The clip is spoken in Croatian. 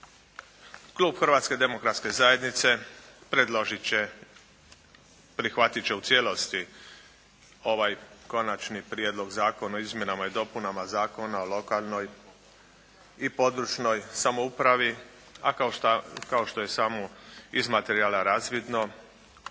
Klub Hrvatske demokratske zajednice predložit će, prihvatit će u cijelosti ovaj Konačni prijedlog Zakona o izmjenama i dopunama Zakona o lokalnoj i područnoj samoupravi, a kao što je samo iz materijala razvidno